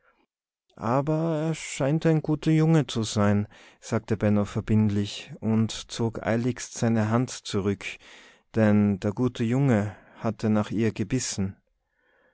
aber er scheint ein guter junge zu sein sagte benno verbindlich und zog eiligst seine hand zurück denn der gute junge hatte nach ihr gebissen